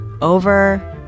over